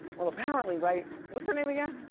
well, apparently, right, what's her name again?